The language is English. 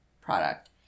product